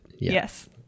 Yes